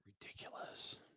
Ridiculous